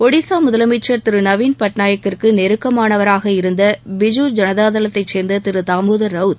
ஒடிசா முதலமைச்சர் திரு நவின் பட்நாயக்கிற்கு நெருக்கமானவராக இருந்த பிஜூ ஜனதாதளத்தை சேர்ந்த திரு தாமோதர் ரவுத்